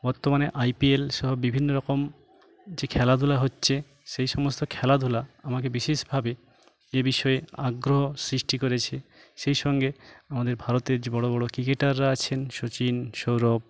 বর্তমানে I P L সহ বিভিন্ন রকম যে খেলাধুলা হচ্ছে সেই সমস্ত খেলাধুলা আমাকে বিশেষভাবে এই বিষয়ে আগ্রহ সৃষ্টি করেছে সেই সঙ্গে আমাদের ভারতের যে বড়ো বড়ো ক্রিকেটাররা আছেন সচিন সৌরভ